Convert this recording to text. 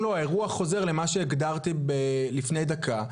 לא האירוע חוזר למה שהגדרתי לפני דקה,